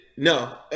No